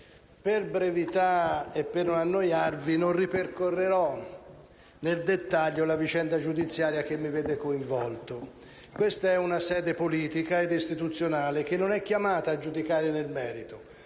per brevità e per non annoiarvi, non ripercorrerò nel dettaglio la vicenda giudiziaria che mi vede coinvolto. Questa è una sede politica e istituzionale che non è chiamata a giudicare nel merito.